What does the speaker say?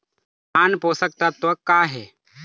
नान पोषकतत्व का हे?